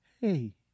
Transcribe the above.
hey